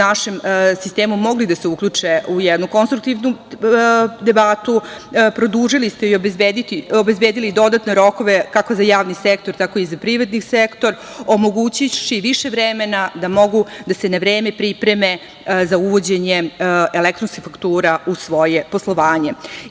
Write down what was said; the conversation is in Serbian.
našem sistemu mogli da se uključe u jednu konstruktivnu debatu, produžili ste i obezbedili dodatne rokove kako za javni sektor tako i za privredni sektor, omogućivši više vremena da mogu da se na vreme pripreme za uvođenje elektronskih faktura u svoje poslovanje.I,